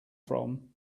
from